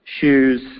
shoes